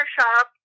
shop